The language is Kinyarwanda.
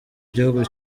gihugu